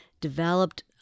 developed